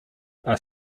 are